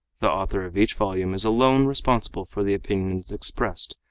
the author of each volume is alone responsible for the opinions expressed,